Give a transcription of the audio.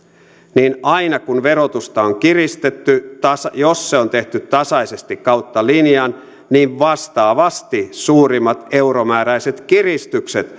niin aina kun verotusta on kiristetty jos se on tehty tasaisesti kautta linjan niin vastaavasti suurimmat euromääräiset kiristykset